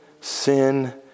sin